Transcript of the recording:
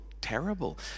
terrible